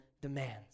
demands